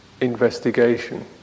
investigation